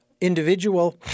individual